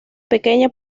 pequeña